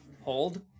hold